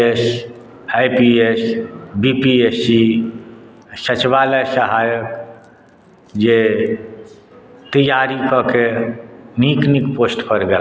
ई जिला शिक्षामे इएह कहि रहल अछि जे एतैक ऊँच पोस्ट पर गेलाक कारणे निश्चित ओकरा शिक्षामे अधिक रूचि छनि